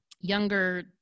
younger